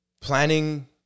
planning